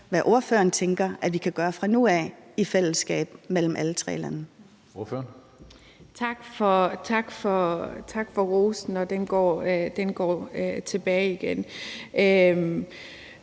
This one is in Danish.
hvad ordføreren tænker at vi kan gøre fra nu af i fællesskab mellem alle tre lande.